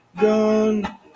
done